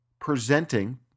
presenting